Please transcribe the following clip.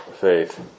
faith